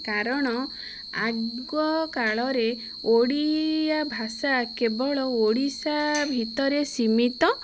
କାରଣ ଆଗକାଳରେ ଓଡ଼ିଆ ଭାଷା କେବଳ ଓଡ଼ିଶା ଭିତରେ ସୀମିତ